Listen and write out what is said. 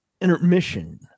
intermission